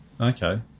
Okay